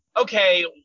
okay